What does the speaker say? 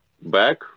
back